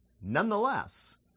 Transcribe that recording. Nonetheless